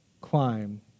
climb